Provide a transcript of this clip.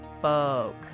Folk